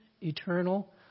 eternal